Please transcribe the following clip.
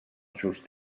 just